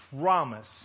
promise